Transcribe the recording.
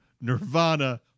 Nirvana